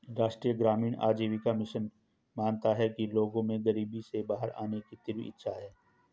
राष्ट्रीय ग्रामीण आजीविका मिशन मानता है कि लोगों में गरीबी से बाहर आने की तीव्र इच्छा है